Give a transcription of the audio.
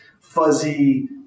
fuzzy